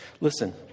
Listen